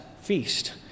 feast